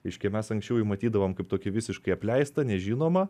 iš kieme esančiųjų matydavom kaip tokį visiškai apleistą nežinomą